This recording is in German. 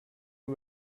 nur